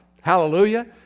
hallelujah